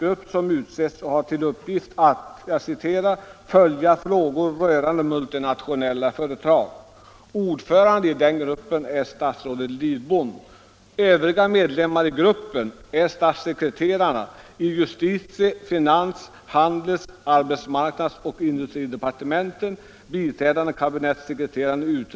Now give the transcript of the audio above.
Regeringen bör omgående tillse att sådan skärpning åstadkommes.